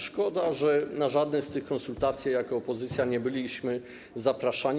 Szkoda, że na żadne z tych konsultacji jako opozycja nie byliśmy zapraszani.